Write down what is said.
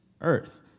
earth